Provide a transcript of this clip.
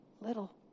little